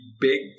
big